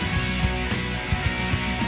and